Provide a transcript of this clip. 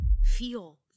feel